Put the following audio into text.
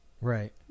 Right